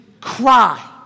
cry